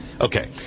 Okay